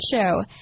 Show